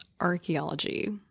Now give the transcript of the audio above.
archaeology